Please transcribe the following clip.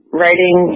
writing